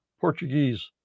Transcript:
Portuguese